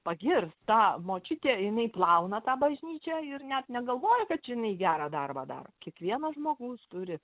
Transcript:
pagirs ta močiutė jinai plauna tą bažnyčią ir net negalvoja kad čia jinai gerą darbą daro kiekvienas žmogus turi